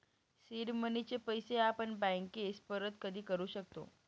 seed मनीचे पैसे आपण बँकेस परत कधी करू शकतो